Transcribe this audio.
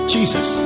Jesus